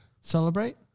celebrate